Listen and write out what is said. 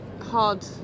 hard